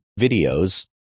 videos